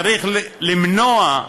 צריך למנוע,